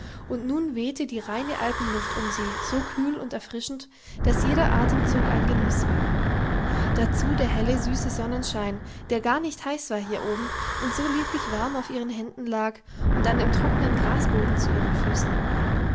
und nun wehte die reine alpenluft um sie so kühl und erfrischend daß jeder atemzug ein genuß war dazu der helle süße sonnenschein der gar nicht heiß war hier oben und so lieblich warm auf ihren händen lag und an dem trockenen grasboden zu ihren füßen